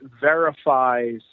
verifies